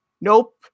nope